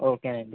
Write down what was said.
ఓకేనండి